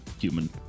human